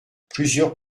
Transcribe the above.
plusieurs